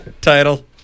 Title